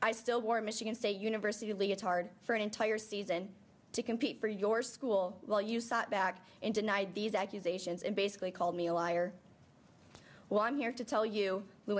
i still wore michigan state university leotard for an entire season to compete for your school while you sat back in denied these accusations and basically called me a liar well i'm here to tell you who